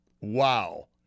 Wow